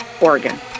Oregon